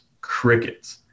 Cricket's